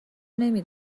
نمی